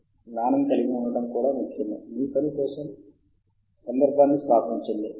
login ఖాతాతో మీరు చేయగల అవకాశాలకై ఇప్పటికే మీరు వెబ్ ఆఫ్ సైన్స్ చేత జాబితా చేయబడ్డారు